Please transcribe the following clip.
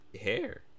hair